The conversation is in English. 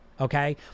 okay